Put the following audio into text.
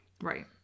right